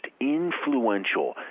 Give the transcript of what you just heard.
influential